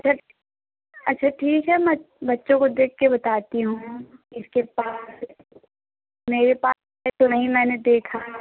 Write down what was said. अच्छा अच्छा ठीक है मैं बच्चों को देख के बताती हूँ किसके पास मेरे पास है तो नहीं मैंने देखा